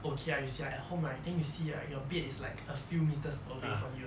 okay ah you see ah at home right then you see ah your bed is a few metres away from you